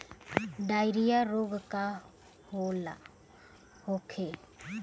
Diarrhoea रोग का होखे?